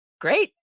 great